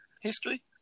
history